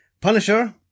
Punisher